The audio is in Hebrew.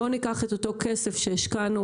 בואו ניקח את אותו כסף שהשקענו,